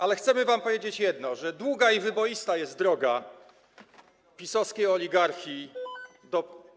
Ale chcemy wam powiedzieć jedno, że długa i wyboista jest droga PiS-owskiej oligarchii do